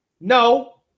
No